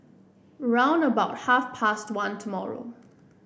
round about half past one tomorrow